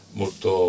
molto